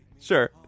Sure